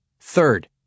Third